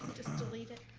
delete it?